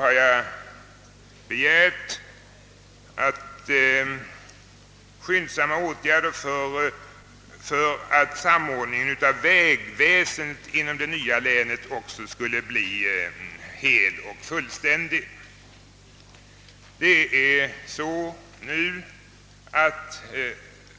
har jag begärt skyndsamma åtgärder för att samordningen av vägväsendet inom det nya länet också skulle bli fullständigt.